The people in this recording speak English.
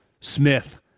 Smith